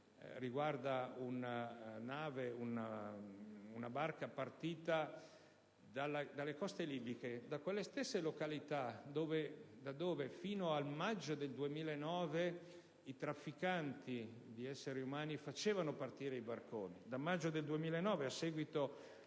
riguardato un'imbarcazione partita dalle coste libiche, da quelle stesse località da cui fino al maggio del 2009 i trafficanti di esseri umani facevano partire i barconi. Dal maggio 2009, a seguito